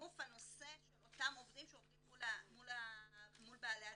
מינוף הנושא של אותם עובדים שעובדים מול בעלי הדירות.